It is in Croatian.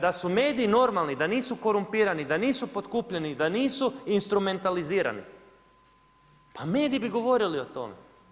Da su mediji normalni, da nisu korumpirani, da nisu potkupljeni, da nisu instrumentalizirani, pa mediji bi govorili o tome.